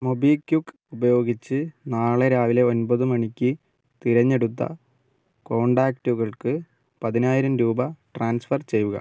മൊബിക്യുക്ക് ഉപയോഗിച്ച് നാളെ രാവിലെ ഒൻപത് മണിക്ക് തിരഞ്ഞെടുത്ത കോൺടാക്റ്റുകൾക്ക് പതിനായിരം രൂപ ട്രാൻസ്ഫർ ചെയ്യുക